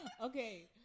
Okay